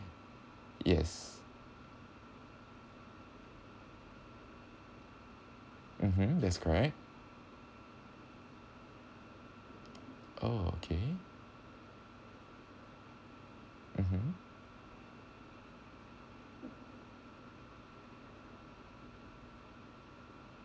yes mmhmm that's correct oh okay mmhmm